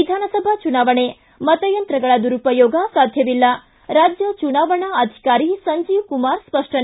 V ವಿಧಾನಸಭಾ ಚುನಾವಣೆ ಮತಯಂತ್ರಗಳ ದುರುಪಯೋಗ ಸಾಧ್ಯವಿಲ್ಲ ರಾಜ್ಯ ಚುನಾವಣಾ ಅಧಿಕಾರಿ ಸಂಜೀವ್ ಕುಮಾರ್ ಸ್ಪಷ್ಟನೆ